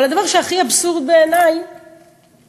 אבל הדבר שהכי אבסורד בעיני זה